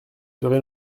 serez